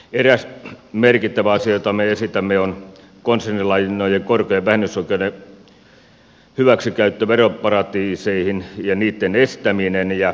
eräs merkittävä asia jota me esitämme on konsernilainojen korkojen vähennysoikeuden hyväksikäyttö veroparatiiseihin ja niitten estäminen